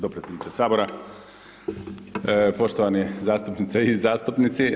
Dopredsjedniče Sabora, poštovani zastupnice i zastupnici.